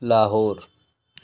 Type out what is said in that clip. Lahore